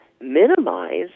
minimize